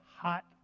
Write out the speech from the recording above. hot